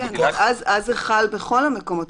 אז זה חל בכל המקומות,